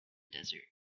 desert